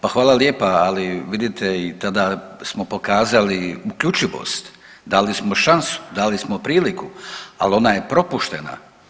Pa hvala lijepa, ali vidite i tada smo pokazali uključivost, dali smo šansu, dali smo priliku, ali ona je propuštena.